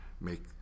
make